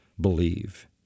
believe